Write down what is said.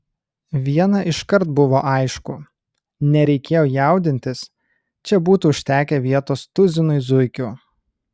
viena iškart buvo aišku nereikėjo jaudintis čia būtų užtekę vietos tuzinui zuikių